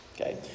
Okay